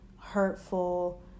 hurtful